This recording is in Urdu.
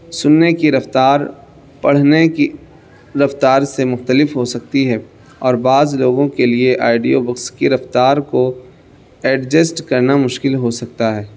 سننے کی رفتار پڑھنے کی رفتار سے مختلف ہو سکتی ہے اور بعض لوگوں کے لیے آئڈیو بکس کی رفتار کو ایڈجسٹ کرنا مشکل ہو سکتا ہے